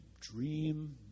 dream